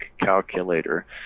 calculator